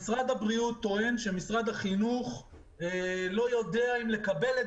משרד הבריאות טוען שמשרד החינוך לא יודע אם לקבל את